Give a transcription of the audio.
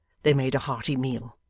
they made a hearty meal.